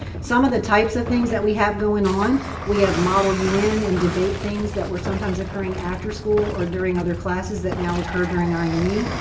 some of the types of things that we have going on we have model un and debate things that were sometimes occurring after school or during other classes that now occur during i and e.